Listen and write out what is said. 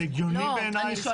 זה הגיוני בעינייך?